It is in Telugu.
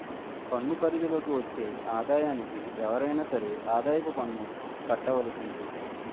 పన్ను పరిధి లోకి వచ్చే ఆదాయానికి ఎవరైనా సరే ఆదాయపు కట్టవలసిందే